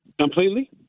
completely